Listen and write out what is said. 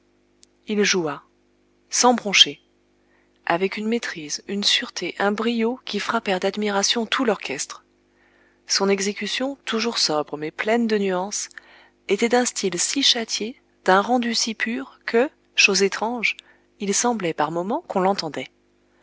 il joua sans broncher avec une maîtrise une sûreté un brio qui frappèrent d'admiration tout l'orchestre son exécution toujours sobre mais pleine de nuances était d'un style si châtié d'un rendu si pur que chose étrange il semblait par moments qu'on l'entendait